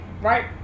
Right